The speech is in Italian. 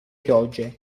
piogge